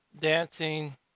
dancing